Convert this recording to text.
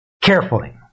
carefully